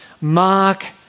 Mark